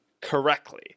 correctly